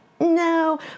no